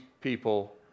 people